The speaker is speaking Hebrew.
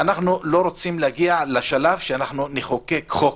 ואנחנו לא רוצים להגיע לשלב שאנחנו נחוקק חוק.